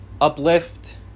uplift